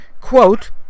quote